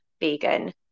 vegan